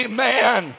Amen